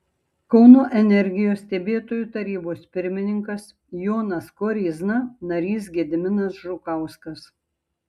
kauno energijos stebėtojų tarybos pirmininkas jonas koryzna narys gediminas žukauskas